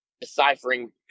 deciphering